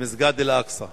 במסגד אל-אקצא.